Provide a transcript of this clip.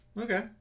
Okay